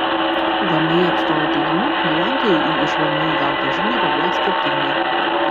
vmi atstovo teigimu gyventojai į iš vmi gautą žinią reaguoja skirtingai